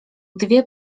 dwie